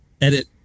edit